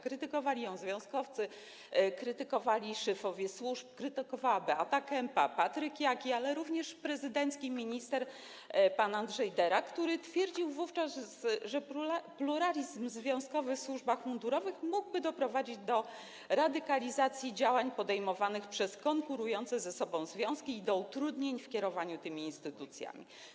Krytykowali ją związkowcy, krytykowali szefowie służb, krytykowali Beata Kempa, Patryk Jaki, ale również prezydencki minister pan Andrzej Dera, który twierdził wówczas, że pluralizm związkowy w służbach mundurowych mógłby doprowadzić do radykalizacji działań podejmowanych przez konkurujące ze sobą związki i do utrudnień w kierowaniu tymi instytucjami.